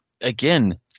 Again